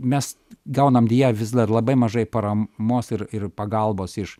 mes gaunam deja vis dar labai mažai paramos ir ir pagalbos iš